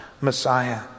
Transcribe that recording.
Messiah